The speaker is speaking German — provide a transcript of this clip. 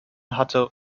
hatte